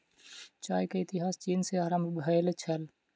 चाय के इतिहास चीन सॅ आरम्भ भेल छल